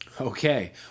Okay